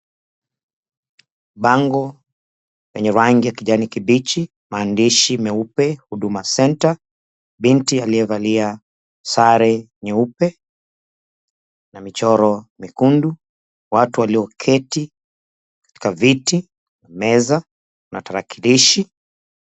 Bango lenye rangi ya kijani kibichi, maandishi meupe Huduma Centre, binti aliyevalia sare nyeupe na michoro miekundu, watu walioketi katika viti na meza na tarakilishi.